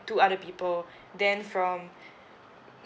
two other people then from